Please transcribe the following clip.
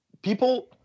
People